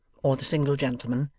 or the single gentleman,